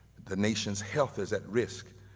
the nation's health is at risk,